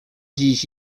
dziś